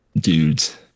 dudes